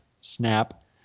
snap